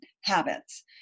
habits